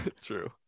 true